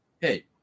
hey